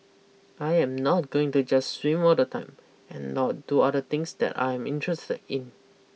I am not going to just swim all the time and now do other things that I am interested in